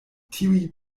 tiuj